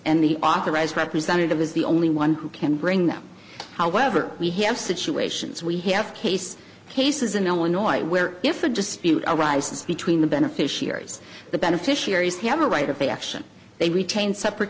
and the authorized representative is the only one who can bring them however we have situations we have case cases in illinois where if a dispute arises between the beneficiaries the beneficiaries have a right of action they retain separate